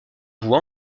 vous